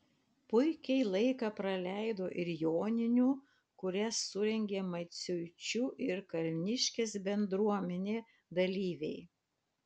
puikiai laiką praleido ir joninių kurias surengė maciuičių ir kalniškės bendruomenė dalyviai